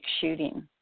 shooting